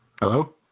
Hello